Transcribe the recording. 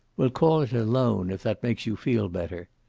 we'll call it a loan, if that makes you feel better.